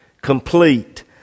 complete